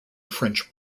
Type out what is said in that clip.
french